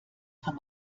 kann